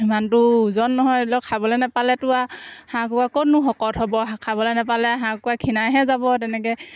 সিমানটো ওজন নহয় ধৰি লওক খাবলৈ নাপালেতো আৰু হাঁহ কুকুৰা ক'তনো শকত হ'ব খাবলৈ নাপালে হাঁহ কুকুৰা ক্ষীণাইহে যাব তেনেকৈ